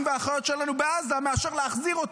והאחיות שלנו בעזה מאשר להחזיר אותם?